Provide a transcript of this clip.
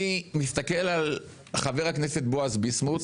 אני מסתכל על חבר הכנסת בועז ביסמוט,